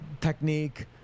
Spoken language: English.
technique